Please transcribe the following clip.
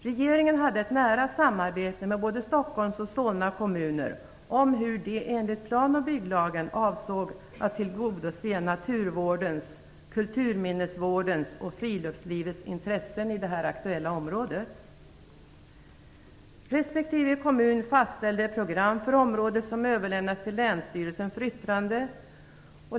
Regeringen hade ett nära samarbete med både Stockholms och Solna kommuner om hur de enligt plan och bygglagen avsåg att tillgodose naturvårdens, kulturminnesvårdens och friluftslivets intressen i det aktuella området. Respektive kommun fastställde ett program för området som överlämnades till länsstyrelsen för yttrande.